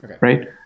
Right